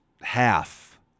half